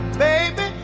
Baby